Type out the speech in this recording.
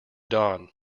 dawn